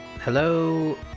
hello